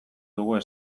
dugu